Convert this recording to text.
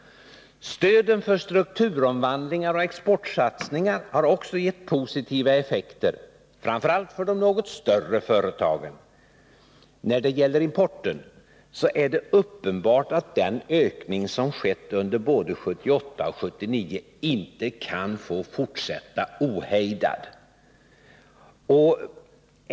Stöden för strukturomvandlingar och exportsatsningar har också gett positiva effekter, framför allt för de något större företagen. När det gäller importen är det uppenbart att den ökning som skett under både 1978 och 1979 inte kan få fortsätta ohejdad.